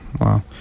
wow